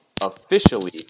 officially